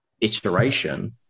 iteration